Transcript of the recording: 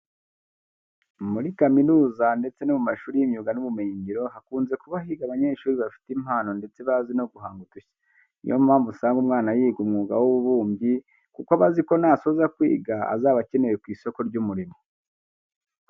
Muri kaminuza ndetse no mu mashuri y'imyuga n'ubumenyingiro hakunze kuba higa abanyeshuri bafite impano ndetse bazi no guhanga udushya. Ni yo mpamvu usanga umwana yiga umwuga w'ububumbyi kuko aba azi ko nasoza kwiga azaba akenewe ku isoko ry'umurimo.